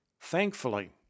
thankfully